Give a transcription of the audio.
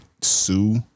sue